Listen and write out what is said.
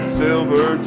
silver